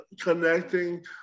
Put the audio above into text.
connecting